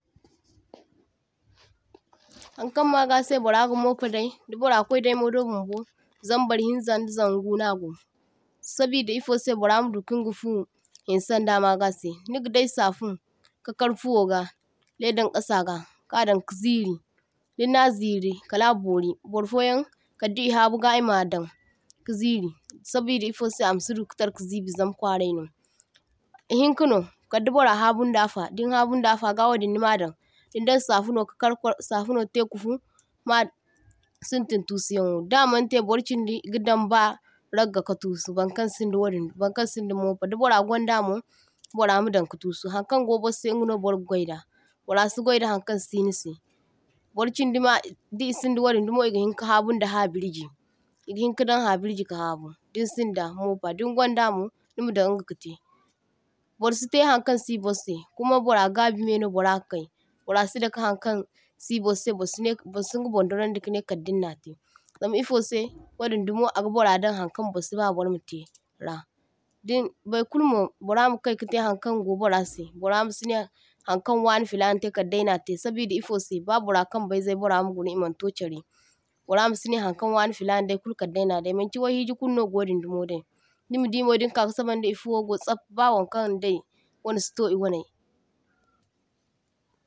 toh – toh Haŋkaŋ magasai bora ga mopadai, di burra kwaidaimo do bunbo zambar hinzaŋ da zaŋgugu nago sabida i'fosai burra madukinga fu hinsaŋda magasai, niga dai safun ka kar fuwoga laidaŋ kasaga kadaŋ ka ziri dinna ziri kala abori, burfoyaŋ kaddi habu ga i’madaŋ ka ziri sabida i’fosai amasidu katarka zibi zama kwaraino. Ehinkano kadai burra habun da afa din hadunda afa ga wadin nimadaŋ, dindaŋ safuno karkar safuno taikufu ma sintin tusiyawo, da mantai bur chindi i’gadaŋ ba ragga ka tusu, baŋkaŋ sinda wadin burkaŋ sinda mopa di burra gwaŋdamo burra madaŋ ka tusu, haŋkaŋ go bursai ingano burga gwaida burra si gwaida haŋkaŋ si nisai. Burchindi ma disinda wadin dumo i’gahinka habunda habirji i’gahin kadaŋ habirji ka habu dinsinda mopa dingaŋ da mo nimadaŋ inga katai, bursitai haŋkaŋ si bursai kuma burra gabimai no burra ga kai, burra si dakai haŋkaŋ si bursai bursinai bursinga bon dorandi kanai kaddin na tai, zama i’fosai wadin dimo aga burra daŋ haŋkaŋ bursi ba burmatai ra. Din baikulumo burra makai katai hankan go burra sai, burra masinai hankan wanai filanatai kaddainatai sabida i’fosai ba burra kambaize burra maguna i’maŋ to charai, burra masinai haŋkaŋ wanai fulana dai kulu kadday na dai, maŋchi waihijai kulu no ga wadin dimo dai, nimadimo nigaka kasabaŋda i’fuwo go sap ba waŋkaŋdai wanai sito i’wanai.